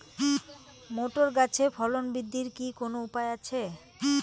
Motor গাছের ফলন বৃদ্ধির কি কোনো উপায় আছে?